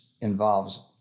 involves